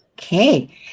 Okay